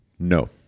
No